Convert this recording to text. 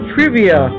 Trivia